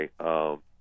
okay